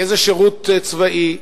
יהיה זה שירות צבאי,